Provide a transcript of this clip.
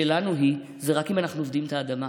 שלנו היא, היא רק אם אנחנו עובדים את האדמה.